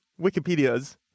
wikipedia's